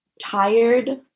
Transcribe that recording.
tired